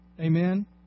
Amen